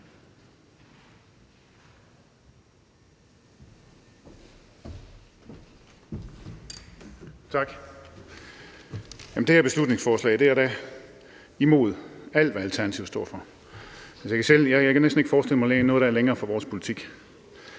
Tak. Det her beslutningsforslag er da imod alt, hvad Alternativet står for. Jeg kan næsten ikke forestille mig noget, der er længere væk fra vores politik.